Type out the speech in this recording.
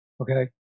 Okay